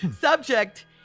Subject